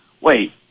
wait